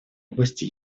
области